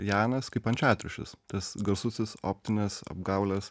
janas kaip ančiatriušis tas garsusis optinės apgaulės